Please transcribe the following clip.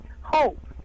hope